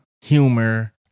humor